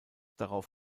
darauf